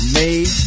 made